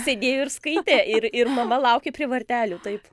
sėdėjo ir skaitė ir ir mama laukė prie vartelių taip